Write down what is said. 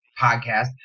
podcast